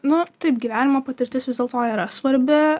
nu taip gyvenimo patirtis vis dėlto yra svarbi